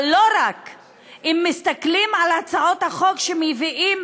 אבל לא רק זה: אם מסתכלים על הצעות החוק שמביאים